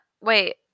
Wait